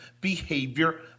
behavior